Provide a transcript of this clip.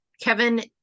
Kevin